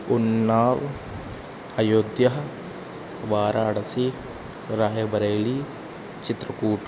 Unnao Ayodhya Varanasi Raebareli Chitrakoot